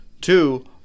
Two